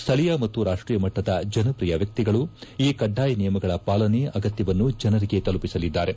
ಸ್ಥಳೀಯ ಮತ್ತು ರಾಷ್ಟೀಯ ಮಟ್ಟದ ಜನಪ್ರಿಯ ವ್ಯಕ್ತಿಗಳು ಈ ಕಡ್ಡಾಯ ನಿಯಮಗಳ ಪಾಲನೆ ಅಗತ್ಯವನ್ನು ಜನರಿಗೆ ತಲುಪಿಸಲಿದ್ದಾರೆ